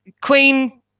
queen